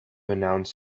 announce